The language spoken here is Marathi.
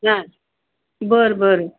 हां बरं बरं